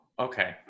okay